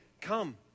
come